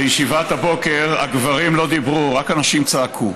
בישיבת הבוקר הגברים לא דיברו, רק הנשים צעקו,